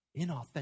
inauthentic